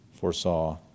foresaw